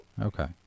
Okay